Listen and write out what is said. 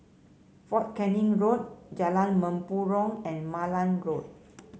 Fort Canning Road Jalan Mempurong and Malan Road